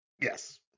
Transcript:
Yes